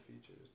features